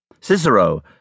Cicero